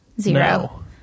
Zero